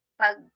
pag